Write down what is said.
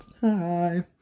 Hi